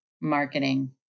marketing